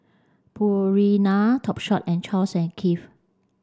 Purina Topshop and Charles and Keith